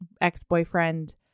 ex-boyfriend